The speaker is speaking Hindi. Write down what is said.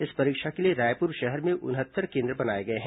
इस परीक्षा के लिए रायपुर शहर में उनहत्तर केन्द्र बनाए गए हैं